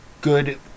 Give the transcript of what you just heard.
good